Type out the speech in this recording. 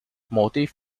motive